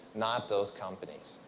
not those companies.